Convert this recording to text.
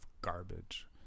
garbage